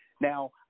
Now